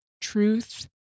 truth